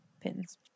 pins